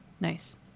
Nice